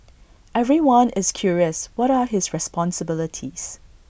everyone is curious what are his responsibilities